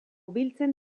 biltzen